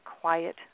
quiet